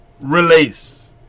release